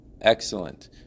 Excellent